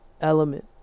element